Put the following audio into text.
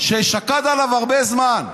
ששקד עליו הרבה זמן,